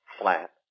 flat